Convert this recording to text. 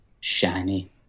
shiny